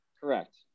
Correct